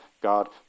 God